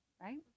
right